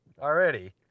already